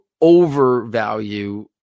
overvalue